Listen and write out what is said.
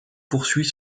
poursuit